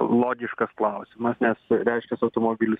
logiškas klausimas nes reiškias automobilis